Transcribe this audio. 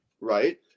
right